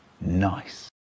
Nice